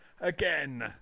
again